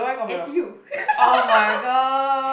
N_T_U